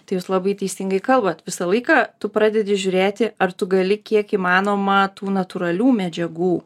tai jūs labai teisingai kalbat visą laiką tu pradedi žiūrėti ar tu gali kiek įmanoma tų natūralių medžiagų